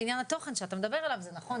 לעניין התוכן שאתה מדבר עליו - זה נכון,